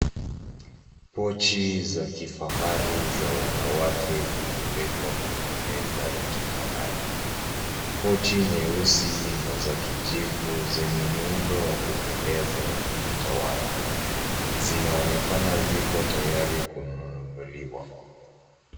Pochi za kifahari za wanawake zimewekwa kwenye meza ya kifahari. Pochi nyeusi na za kijivu zenye muundo wa kupendeza zinatawala. Zinaonekana ziko tayari kununuliwa.